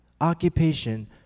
occupation